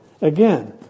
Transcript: Again